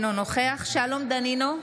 אינו נוכח שלום דנינו,